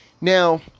Now